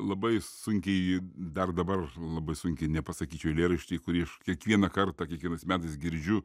labai sunkiai dar dabar labai sunkiai nepasakyčiau eilėraštį kurį aš kiekvieną kartą kiekvienais metais girdžiu